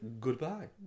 Goodbye